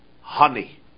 honey